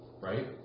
Right